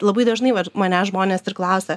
labai dažnai mane žmonės ir klausia